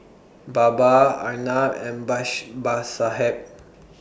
Baba Arnab and